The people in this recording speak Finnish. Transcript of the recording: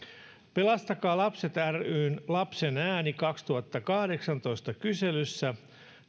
pelastakaa lapset ryn lapsen ääni kaksituhattakahdeksantoista kyselyssä